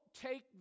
take